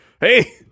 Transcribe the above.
hey